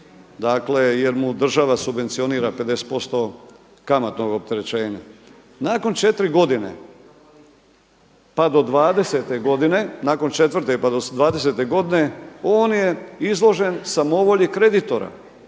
dakle jer mu država subvencionira 50% kamatnog opterećenja. Nakon četiri godine pa do dvadesete godine, nakon četvrte pa do dvadesete godine on je izložen samovolji kreditora.